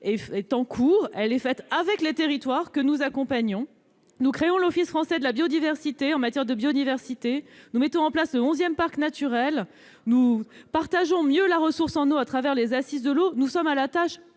est en cours, elle se fait avec les territoires, que nous accompagnons. Nous créons l'Office français de la biodiversité, nous mettons en place le onzième parc naturel, nous partageons mieux la ressource en eau, au travers des Assises de l'eau, nous avons présenté